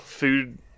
food